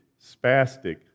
spastic